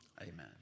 Amen